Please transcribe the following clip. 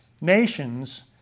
nations